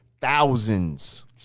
thousands